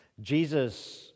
Jesus